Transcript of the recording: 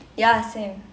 ya same